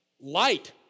light